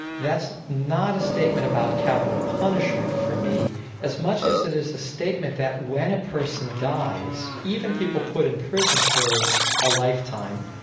that's not a statement about capital punishment for me as much as it is a statement that when a person dies, even people put in prison for a lifetime,